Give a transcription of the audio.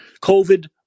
COVID